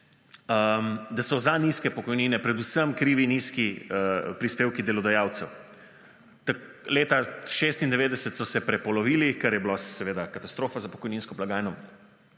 da so za nizke pokojnine predvsem krivi nizki prispevki delodajalcev. Leta 1996 so se prepolovili, kar je bila seveda katastrofa za pokojninsko blagajno,